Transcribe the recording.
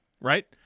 Right